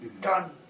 Done